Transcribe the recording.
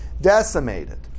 decimated